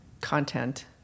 content